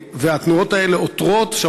והתנועות האלה עותרות,